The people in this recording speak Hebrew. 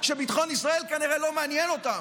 שביטחון ישראל כנראה לא מעניין אותם,